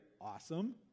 Awesome